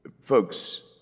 Folks